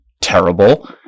terrible